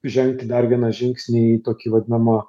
žengti dar vieną žingsnį į tokį vadinamą